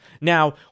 Now